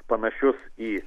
panašius į